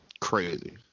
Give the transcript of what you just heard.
Crazy